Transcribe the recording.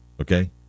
okay